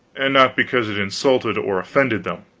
and not because it insulted or offended them,